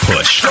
Push